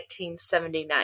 1979